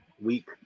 week